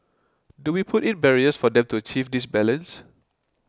do we put in barriers for them to achieve this balance